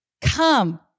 Come